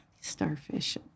Starfish